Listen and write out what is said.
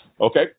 Okay